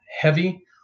heavy